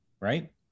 right